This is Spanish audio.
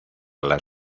las